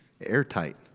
airtight